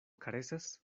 karesas